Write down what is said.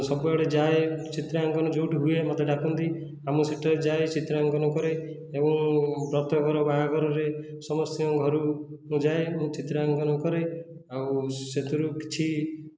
ସବୁ ଆଡ଼େ ଯାଏ ଚିତ୍ରାଙ୍କନ ଯେଉଁଠି ହୁଏ ମୋତେ ଡାକନ୍ତି ଆଉ ମୁଁ ସେଠାରେ ଯାଏ ଚିତ୍ରାଙ୍କନ କରେ ଏବଂ ବତ୍ରଘର ବାହାଘରରେ ସମସ୍ତଙ୍କ ଘରକୁ ମୁଁ ଯାଏ ମୁଁ ଚିତ୍ରାଙ୍କନ କରେ ଆଉ ସେଥିରୁ କିଛି